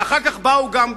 ואחר כך באו גם,